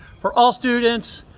for all students,